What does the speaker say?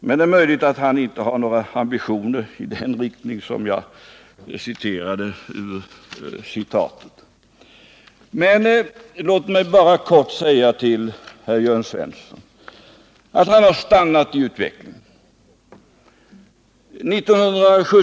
Men det är möjligt att han inte har några ambitioner i den riktning som det talas om i citatet. Låt mig bara helt kort säga till herr Jörn Svensson att han har stannat i utvecklingen.